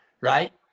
right